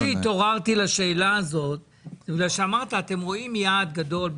הסיבה שהתעוררתי לשאלה הזו היא זה שאמרת: אתם רואים יעד גדול,